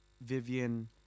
Vivian